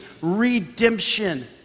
redemption